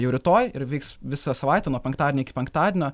jau rytoj ir vyks visą savaitę nuo penktadienio iki penktadienio